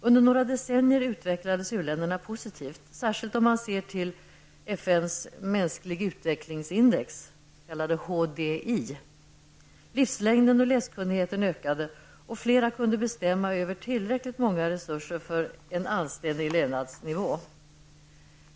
Under några decennier utvecklades u-länderna positivt, särskilt om man ser till FNs index för mänsklig utveckling, HDI. Livslängden och läskunnigheten ökade, och fler kunde bestämma över tillräckligt stora resurser för en anständig levnadsnivå.